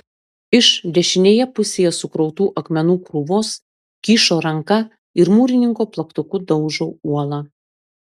iš dešinėje pusėje sukrautų akmenų krūvos kyšo ranka ir mūrininko plaktuku daužo uolą